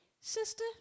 Sister